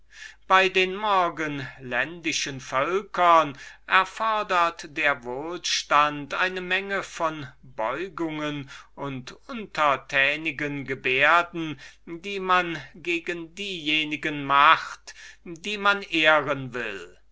bei den morgenländischen völkern erfodert der wohlstand eine menge von beugungen und untertänigen gebärden die man gegen diejenigen macht die man ehren will